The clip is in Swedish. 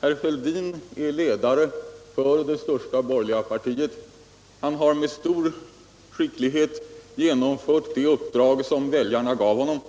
Herr Fälldin är ledare för det största borgerliga partiet. Han har med stor skicklighet genomfört det uppdrag som väljarna gav honom,